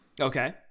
Okay